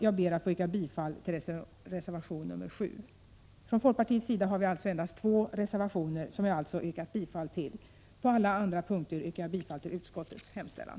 Jag ber att få yrka bifall till reservation 7. Från folkpartiet har vi alltså endast två reservationer, som jag alltså yrkat bifall till. På alla andra punkter yrkar jag bifall till utskottets hemställan.